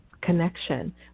connection